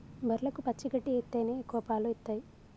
బర్లకు పచ్చి గడ్డి ఎత్తేనే ఎక్కువ పాలు ఇత్తయ్